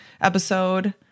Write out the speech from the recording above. episode